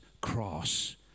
cross